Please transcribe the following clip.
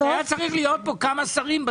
בדיון הזה היו צריכים להיות כמה שרים.